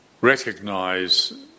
recognize